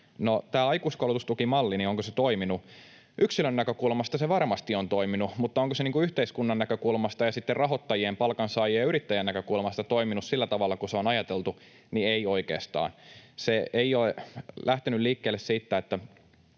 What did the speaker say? tämä aikuiskoulutustukimalli, onko se toiminut? Yksilön näkökulmasta se varmasti on toiminut, mutta onko se niin kuin yhteiskunnan näkökulmasta ja sitten rahoittajien, palkansaajan ja yrittäjän näkökulmasta toiminut sillä tavalla kuin se on ajateltu, niin ei oikeastaan. Kun se ei ole lähtenyt liikkeelle siitä, että